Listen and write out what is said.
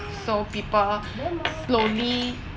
so people slowly